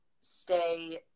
stay